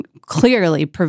clearly